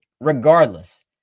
regardless